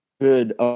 good